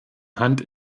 hand